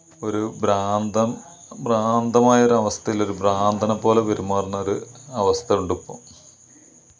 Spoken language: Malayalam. ഒരു ഭ്രാന്തം ഭ്രാന്തമായൊരവസ്ഥയിലൊരു ഭ്രാന്തനെപ്പോലെ പെരുമാറുന്നൊരു അവസ്ഥയുണ്ടിപ്പോള്